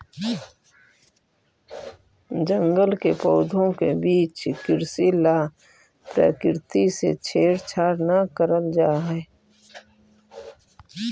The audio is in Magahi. जंगल के पौधों के बीच कृषि ला प्रकृति से छेड़छाड़ न करल जा हई